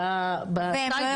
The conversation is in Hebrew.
בסייבר.